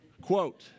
quote